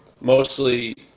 mostly